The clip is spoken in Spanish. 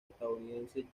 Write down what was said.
estadounidense